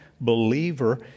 believer